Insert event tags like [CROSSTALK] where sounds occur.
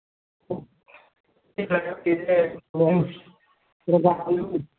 [UNINTELLIGIBLE]